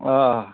آ